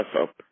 up